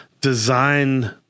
design